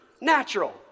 natural